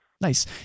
nice